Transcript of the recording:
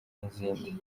n’izindi